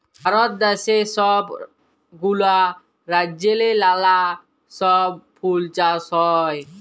ভারত দ্যাশে ছব গুলা রাজ্যেল্লে লালা ছব ফুল চাষ হ্যয়